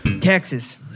Texas